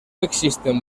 existen